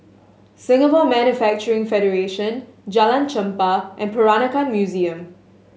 Singapore Manufacturing Federation Jalan Chempah and Peranakan Museum